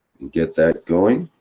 get that going.